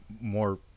more